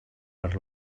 per